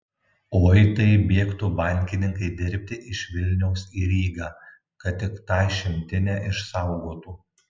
oi tai bėgtų bankininkai dirbti iš vilniaus į rygą kad tik tą šimtinę išsaugotų